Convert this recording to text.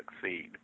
succeed